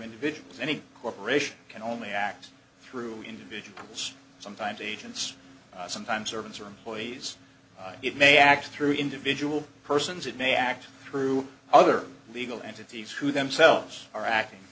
individuals any corporation can only act through individuals sometimes agents sometimes servants or employees it may act through individual persons it may act through other legal entities who themselves are acting